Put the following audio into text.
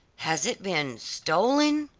has it been stolen?